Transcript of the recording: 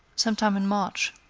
some time in march.